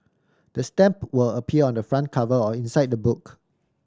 the stamp will appear on the front cover or inside the book